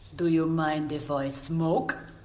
do you mind if i smoke?